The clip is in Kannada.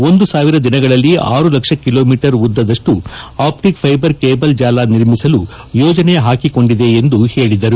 ಒಂದು ಸಾವಿರ ದಿನಗಳಲ್ಲಿ ಆರು ಲಕ್ಷ ಕೆಲೋಮೀಟರ್ ಉದ್ದದಷ್ಟು ಆಪ್ಲಿಕ್ ಫೈಬರ್ ಕೇಬಲ್ ಜಾಲ ನಿರ್ಮಿಸಲು ಯೋಜನೆ ಪಾಕಿಕೊಂಡಿದೆ ಎಂದು ಅವರು ಹೇಳದರು